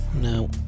no